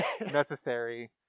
necessary